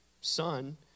Son